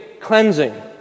cleansing